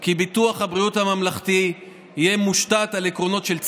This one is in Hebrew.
כי ביטוח הבריאות הממלכתי יהיה מושתת על עקרונות של צדק,